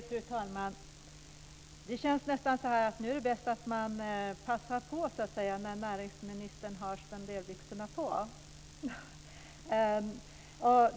Fru talman! Det känns nästan så att det är bäst att passa på när näringsministern har spenderbyxorna på.